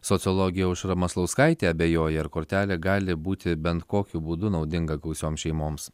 sociologė aušra maslauskaitė abejoja ar kortelė gali būti bent kokiu būdu naudinga gausioms šeimoms